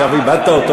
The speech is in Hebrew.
עכשיו איבדת אותו?